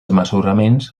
mesuraments